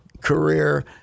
career